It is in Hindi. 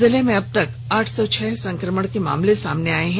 जिले में अबतक आठ सौ छह संक्रमण के मामले सामने आये हैं